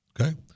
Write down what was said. okay